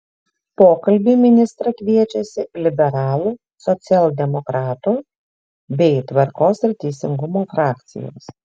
pokalbiui ministrą kviečiasi liberalų socialdemokratų bei tvarkos ir teisingumo frakcijos